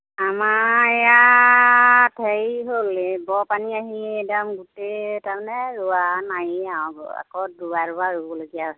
আমাৰ ইয়াত হেৰি হ'ল এইবাৰ বানপানী আহি একদম গোটেই তাৰমানে ৰোৱা মাৰি আকৌ দুবাৰ দুবাৰ ৰুব লগা হৈছে